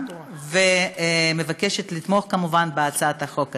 ואני מבקשת לתמוך כמובן בהצעת החוק הזאת.